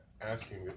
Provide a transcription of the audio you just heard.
asking